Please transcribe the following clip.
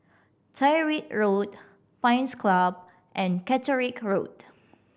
Tyrwhitt Road Pines Club and Catterick Road